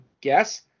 guess